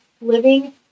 living